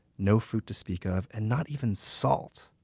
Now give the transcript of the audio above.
no fruit to speak of, and not even salt,